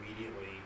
immediately